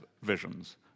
visions